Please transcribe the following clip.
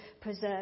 preserve